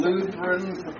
Lutherans